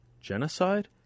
Genocide